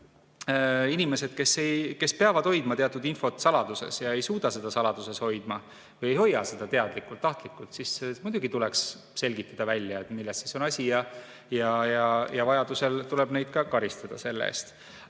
Kui inimesed, kes peavad hoidma teatud infot saladuses, ei suuda seda saladuses hoida või ei hoia seda teadlikult-tahtlikult, siis muidugi tuleks selgitada välja, milles on asi, ja vajaduse korral tuleb neid selle eest